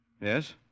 Yes